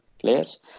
players